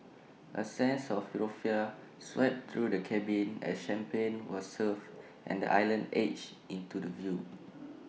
A sense of euphoria swept through the cabin as champagne was served and the island edged into the view